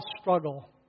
struggle